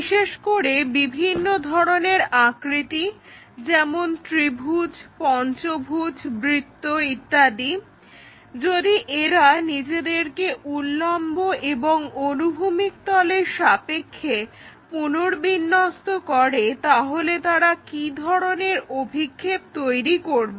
বিশেষ করে বিভিন্ন ধরনের আকৃতি যেমন ত্রিভুজ পঞ্চভুজ বৃত্ত ইত্যাদি যদি এরা নিজেদেরকে উল্লম্ব এবং অনুভূমিক তলের সাপেক্ষে পুনর্বিন্যস্ত করে তাহলে তারা কি ধরনের অভিক্ষেপ তৈরি করবে